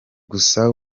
gusa